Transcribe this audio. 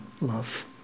love